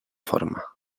forma